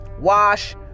wash